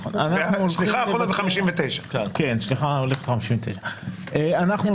שליחה הכול עד 59. שליחה עולה 59. אנחנו